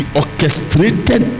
orchestrated